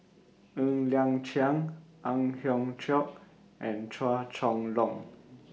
Ng Liang Chiang Ang Hiong Chiok and Chua Chong Long